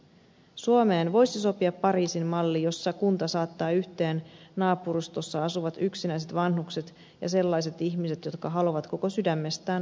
suomeen voisi sopia pariisin malli jossa kunta saattaa yhteen naapurustossa asuvat yksinäiset vanhukset ja sellaiset ihmiset jotka haluavat koko sydämestään auttaa